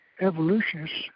evolutionists